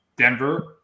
Denver